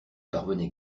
parvenait